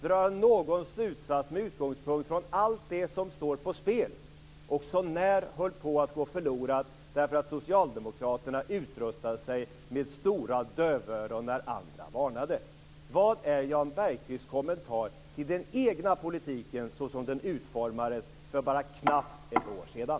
Drar han någon slutsats med utgångspunkt i allt det som står på spel, och som så när höll på att gå förlorat därför att socialdemokraterna utrustade sig med stora dövöron när andra varnade? Vad är Jan Bergqvists kommentar till den egna politiken så som den utformades för bara knappt ett år sedan?